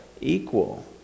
equal